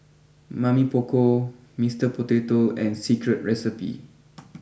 Mamy Poko Mr Potato and Secret Recipe